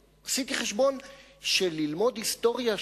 כשעושים לאיזה מפעל תוכנית הבראה,